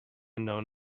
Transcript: known